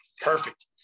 perfect